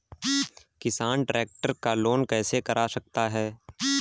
किसान ट्रैक्टर का लोन कैसे करा सकता है?